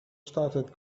started